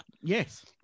Yes